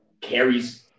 carries